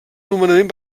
nomenament